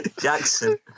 Jackson